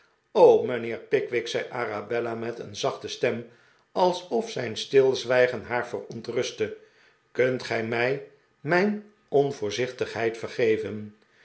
mijnheer pickwick zei arabella met een zachte stem alsof zijn stilzwijgen haar verontrustte kunt gij mij mijn onvoorzichtigheid vergeven